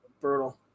Brutal